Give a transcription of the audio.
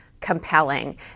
compelling